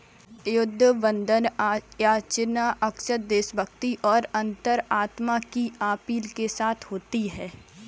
युद्ध बंधन याचना अक्सर देशभक्ति और अंतरात्मा की अपील के साथ होती है